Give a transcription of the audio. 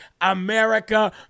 America